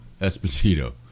Esposito